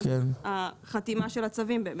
החתימה של הצווים.